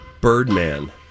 Birdman